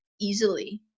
easily